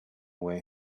when